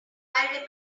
remember